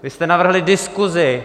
Vy jste navrhli diskusi.